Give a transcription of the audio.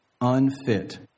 unfit